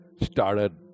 started